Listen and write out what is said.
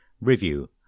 review